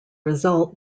result